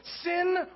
sin